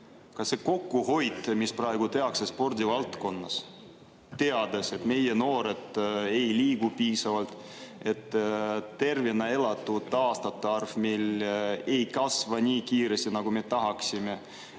kas see kokkuhoid, mis praegu tehakse spordivaldkonnas, teades, et meie noored ei liigu piisavalt, et tervena elatud aastate arv meil ei kasva nii kiiresti, nagu me tahaksime,